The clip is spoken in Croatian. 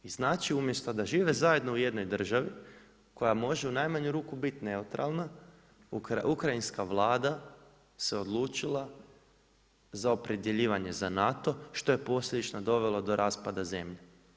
I znači umjesto da žive zajedno u jednoj državi, koja može u najmanju ruku biti neutralna, Ukrajinska Vlada se odlučila za opredjeljivanje za NATO, što je posljedično dovelo do raspada zemlje.